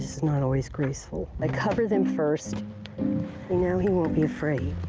so not always graceful. i cover them first. and now he won't be afraid.